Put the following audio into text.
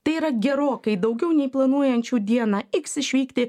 tai yra gerokai daugiau nei planuojančių dieną iks išvykti